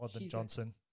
Johnson